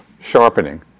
sharpening